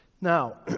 Now